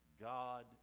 God